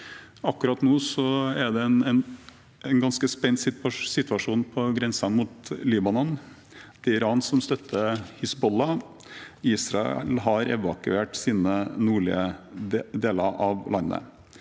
Akkurat nå er det en ganske spent situasjon på grensen mellom Israel og Libanon. Iran støtter Hizbollah, og Israel har evakuert sine nordlige deler av landet.